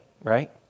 right